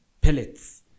pellets